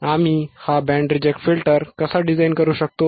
आम्ही हा band reject filter कसा डिझाइन करू शकतो